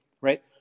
right